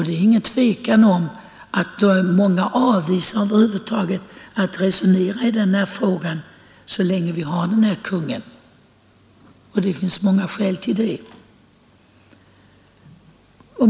Det är ingen tvekan om att många över huvud taget inte vill resonera om den här frågan så länge vi har den nuvarande kungen, och det finns många skäl till det.